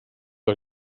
are